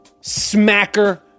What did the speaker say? smacker